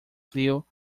flew